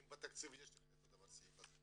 האם בתקציב יש סעיף כזה?